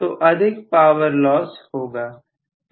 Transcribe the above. तो अधिक power loss होगा